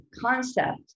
concept